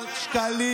מיליארד שקלים.